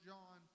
John